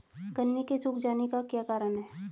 गन्ने के सूख जाने का क्या कारण है?